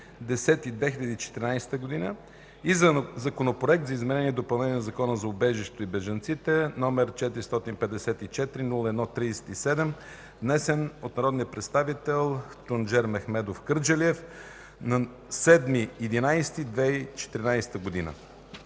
27.10.2014 г., и Законопроект за изменение и допълнение на Закона за убежището и бежанците, № 454-01-37, внесен от народния представител Тунчер Мехмедов Кърджалиев на 07.11.2014 г.